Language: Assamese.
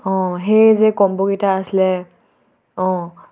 অঁ সেই যে কম্ব'কেইটা আছিলে অঁ